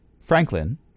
Franklin